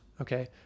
Okay